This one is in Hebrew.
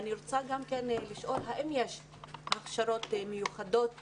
אני רוצה לשאול האם יש הכשרות מיוחדות לכך,